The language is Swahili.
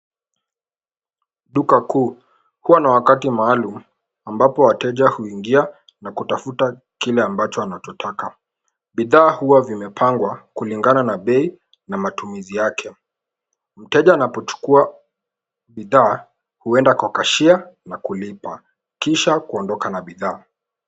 Duka kuu, huwa na wakati maalum, ambapo wateja huingia, na kutafuta kile ambacho wanachotaka. Bidhaa huwa vimepangwa, kulingana na bei, na matumizi yake. Mteja anapochukua bidhaa, huenda kwa cashier na kulipa, kisha kuondoka na bidhaa.